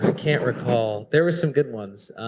can't recall. there were some good ones,